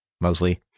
mostly